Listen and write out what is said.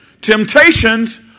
Temptations